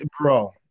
bro